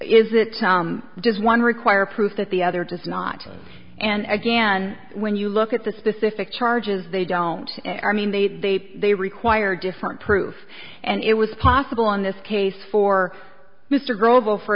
is it does one require proof that the other does not and again when you look at the specific charges they don't i mean they they require different proof and it was possible in this case for m